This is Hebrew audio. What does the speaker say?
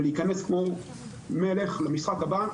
ולהיכנס כמו מלך למשחק הבא.